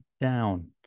Down